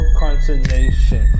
consternation